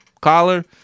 collar